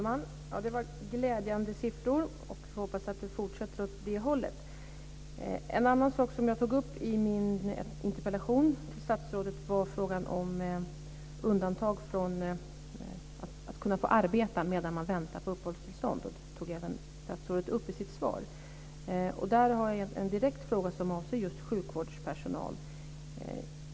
Herr talman! Det var glädjande siffror. Vi får hoppas att det fortsätter åt det hållet. En annan sak som jag tog upp i min interpellation till statsrådet var frågan om att kunna få arbeta medan man väntar på uppehållstillstånd. Det tog även statsrådet upp i sitt svar. Jag har en direkt fråga som avser just sjukvårdspersonal.